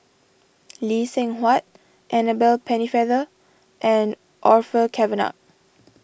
Lee Seng Huat Annabel Pennefather and Orfeur Cavenagh